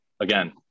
again